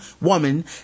woman